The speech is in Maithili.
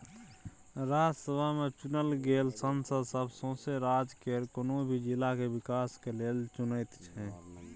राज्यसभा में चुनल गेल सांसद सब सौसें राज्य केर कुनु भी जिला के विकास के लेल चुनैत छै